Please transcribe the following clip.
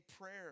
prayer